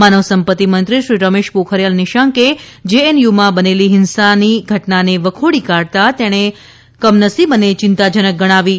માનવસંપત્તિ મંત્રી શ્રી રમેશ પોખરીયાલ નિશાંકે જેએનયુમાં બનેલી હિંસાની ઘટનાને વખોડી કાઢતા તેને કમનસીબ અને ચિંતાજનક ગણાવી હતી